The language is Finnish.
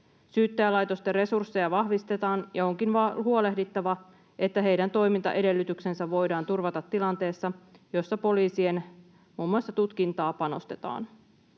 Syyttäjälaitoksen resursseja vahvistetaan, ja onkin huolehdittava, että heidän toimintaedellytyksensä voidaan turvata tilanteessa, jossa muun muassa poliisin tutkintaan panostetaan.